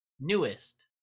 newest